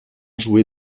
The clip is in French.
joué